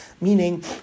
Meaning